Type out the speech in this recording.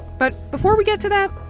but, before we get to that,